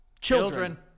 Children